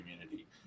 community